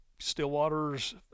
Stillwaters